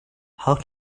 how